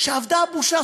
שאבדה הבושה.